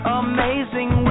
amazing